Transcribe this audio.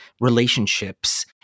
relationships